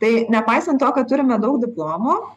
tai nepaisant to kad turime daug diplomų